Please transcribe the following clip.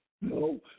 No